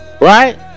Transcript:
Right